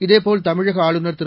இதேபோல் தமிழகஆளுநர் திரு